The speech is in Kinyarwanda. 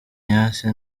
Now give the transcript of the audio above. ignace